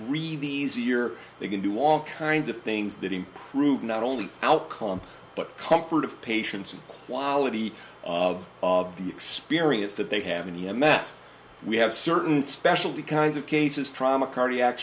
the easier they can do all kinds of things that improve not only outcome but comfort of patients and quality of the experience that they haven't yet mess we have certain specialty kinds of cases trauma cardiac